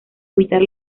evitar